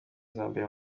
z’imbere